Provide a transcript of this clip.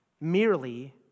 merely